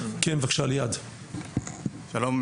שלום,